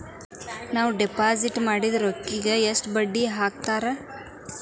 ನಾವು ಡಿಪಾಸಿಟ್ ಮಾಡಿದ ರೊಕ್ಕಿಗೆ ಎಷ್ಟು ಬಡ್ಡಿ ಹಾಕ್ತಾರಾ?